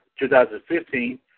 2015